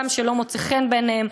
גם כשהן לא מוצאות חן בעיניהם,